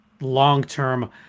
long-term